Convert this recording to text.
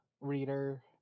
reader